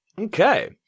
Okay